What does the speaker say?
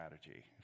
strategy